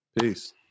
Peace